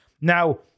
Now